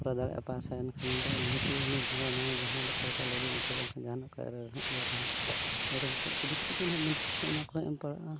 ᱠᱚᱨᱟᱣ ᱫᱟᱲᱮᱭᱟᱜᱼᱟ ᱯᱟᱥᱟᱭ ᱮᱱᱠᱷᱟᱱ ᱫᱚ ᱱᱤᱦᱟᱹᱛᱜᱮ ᱩᱱᱤ ᱵᱚᱸᱜᱟ ᱢᱟᱦᱟ ᱡᱟᱦᱟᱸ ᱞᱮᱠᱟᱭ ᱞᱟᱹᱰᱩ ᱢᱤᱴᱷᱟᱹᱭ ᱵᱟᱝᱠᱷᱟᱱ ᱡᱟᱦᱟᱱᱟᱜ ᱠᱟᱭᱨᱟ ᱨᱮᱦᱚᱸ ᱤᱭᱟᱹ ᱨᱮᱦᱚᱸ ᱢᱮᱨᱚᱢ ᱠᱚᱦᱚᱸ ᱪᱤᱞᱤ ᱠᱚᱪᱚᱝ ᱱᱟᱜ ᱢᱟᱹᱱᱥᱤᱠ ᱠᱚ ᱚᱱᱟ ᱠᱚᱦᱚᱸᱭ ᱮᱢ ᱯᱟᱲᱟᱜᱼᱟ